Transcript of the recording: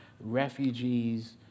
refugees